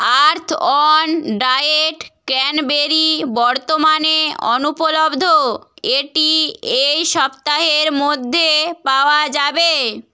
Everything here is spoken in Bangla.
আর্থঅন ডায়েট ক্র্যানবেরি বর্তমানে অনুপলব্ধ এটি এই সপ্তাহের মধ্যে পাওয়া যাবে